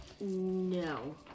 no